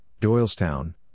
Doylestown